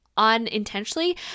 unintentionally